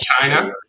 China